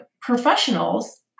professionals